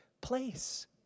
place